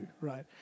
right